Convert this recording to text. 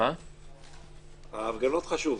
ההפגנות חשובות.